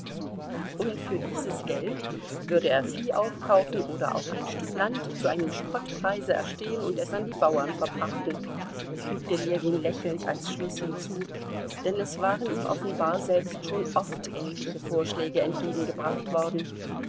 und für dieses geld würde er vieh aufkaufen oder auch ein stück land zu einem spottpreise erstehen und es an die bauern verpachten fügte ljewin lächelnd als schluß hinzu denn es waren ihm offenbar selbst schon oft ähnliche vorschläge entgegengebracht worden